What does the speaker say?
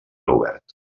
obert